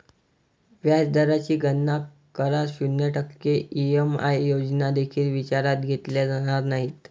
व्याज दराची गणना करा, शून्य टक्के ई.एम.आय योजना देखील विचारात घेतल्या जाणार नाहीत